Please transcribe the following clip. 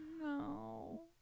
no